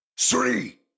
three